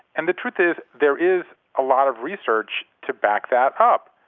and the truth is there is a lot of research to back that up.